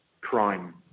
crime